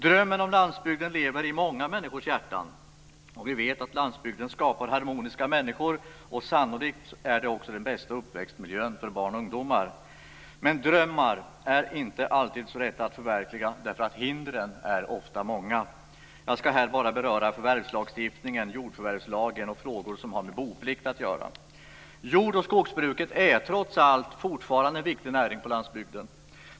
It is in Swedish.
Drömmen om landsbygden lever i många människors hjärtan. Vi vet att landsbygden skapar harmoniska människor, och sannolikt är det också den bästa uppväxtmiljön för barn och ungdomar. Men drömmar är inte alltid så lätta att förverkliga eftersom hindren ofta är många. Jag ska här bara beröra förvärvslagstiftningen, jordförvärvslagen och frågor som har med boplikt att göra. Jord och skogsbruket är trots allt fortfarande en viktig näring på landsbygden.